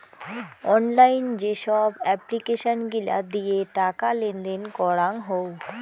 online যেসব application গিলা দিয়ে টাকা লেনদেন করাঙ হউ